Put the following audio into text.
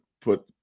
put